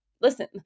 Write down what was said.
listen